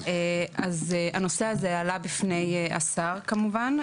אז הנושא הזה עלה בפני השר כמובן.